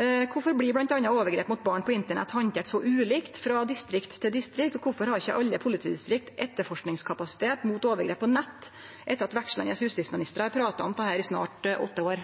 Kvifor blir bl.a. overgrep mot barn på internett handterte så ulikt frå distrikt til distrikt, og kvifor har ikkje alle politidistrikt etterforskingskapasitet mot overgrep på nett etter at vekslande justisministrar har prata om dette i snart åtte år?